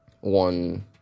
one